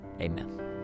Amen